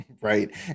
Right